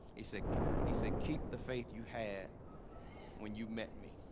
he said he said keep the faith you had when you met me